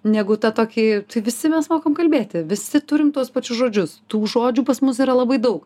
negu ta tokį visi mes mokam kalbėti visi turim tuos pačius žodžius tų žodžių pas mus yra labai daug